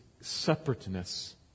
separateness